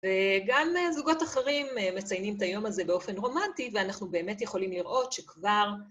וגם זוגות אחרים מציינים את היום הזה באופן רומנטי, ואנחנו באמת יכולים לראות שכבר...